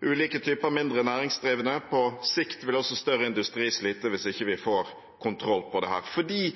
ulike typer mindre næringsdrivende sliter. På sikt vil også større industri slite hvis vi ikke får kontroll på dette.